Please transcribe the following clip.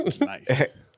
Nice